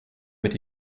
mit